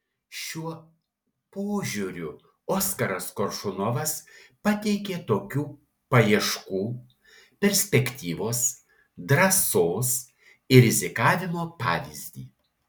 šiuo požiūriu oskaras koršunovas pateikia tokių paieškų perspektyvos drąsos ir rizikavimo pavyzdį